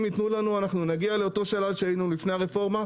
אם ייתנו לנו אנחנו נגיע ממש ברגע אחד לאותו שלל שהיה לנו לפני הרפורמה.